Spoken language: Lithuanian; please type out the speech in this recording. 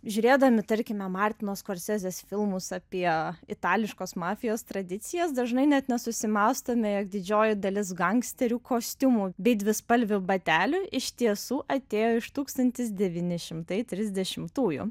žiūrėdami tarkime martino skorcezės filmus apie itališkos mafijos tradicijas dažnai net nesusimąstome jog didžioji dalis gangsterių kostiumų bei dvispalvių batelių iš tiesų atėjo iš tūkstantis devyni šimtai trisdešimtųjų